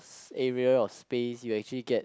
area or space you actually get